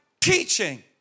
teaching